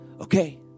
okay